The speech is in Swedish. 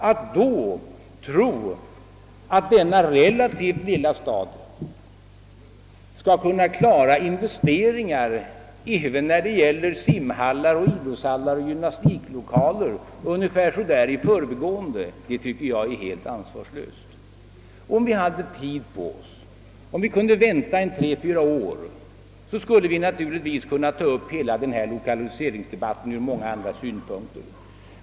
Att då säga att denna relativt lilla stad skulle kunna göra investeringar även i idrottshallar, simhallar och gymnastiklokaler ungefär som i förbigående tycker jag är helt ansvarslöst. Om vi hade tid på oss, om vi kunde vänta en tre å fyra år, skulle vi naturligtvis kunna ta upp hela denna »lokaliseringsdebatt» ur många andra synpunkter.